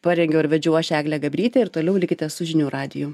parengiau ir vedžiau aš eglė gabrytė ir toliau likite su žinių radiju